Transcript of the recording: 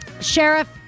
sheriff